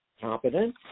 competent